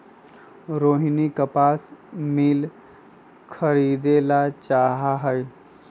रोहिनी कपास मिल खरीदे ला चाहा हई